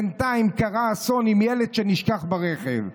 בינתיים קרה אסון עם ילד שנשכח ברכב.